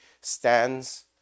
stands